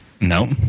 no